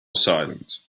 silent